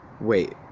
wait